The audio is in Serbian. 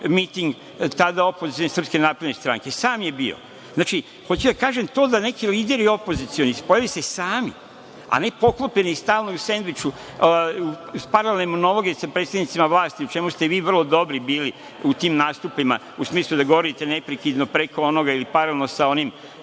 miting, tada opozicione SNS. Sam je bio. Znači, hoću da kažem to da neki lideri opozicioni pojave se sami, a ne poklopljeni stalno i u sendviču, paralelne monologe sa predstavnicima vlasti u čemu ste i vi vrlo dobri bili, u tim nastupima, u smislu da govorite neprekidno preko onoga ili paralelno sa onim